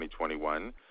2021